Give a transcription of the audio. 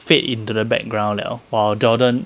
fade into the background 了 while jordan